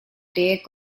take